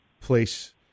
place